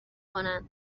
کنند